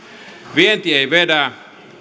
vienti ei vedä